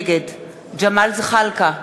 נגד ג'מאל זחאלקה,